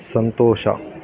ಸಂತೋಷ